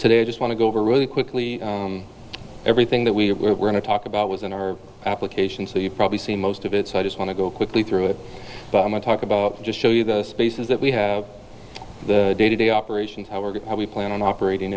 today i just want to go over really quickly everything that we have we're going to talk about was in our application so you probably see most of it so i just want to go quickly through it but i'm going talk about just show you the spaces that we have the day to day operations how we plan on operating